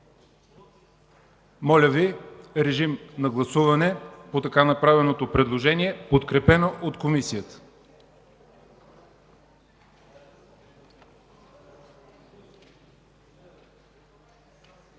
Моля да гласуваме така направеното предложение, подкрепено от Комисията.